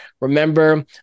remember